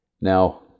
Now